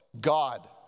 God